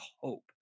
hope